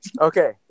okay